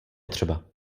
potřeba